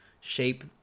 shape